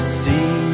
see